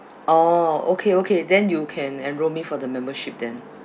orh okay okay then you can enroll me for the membership then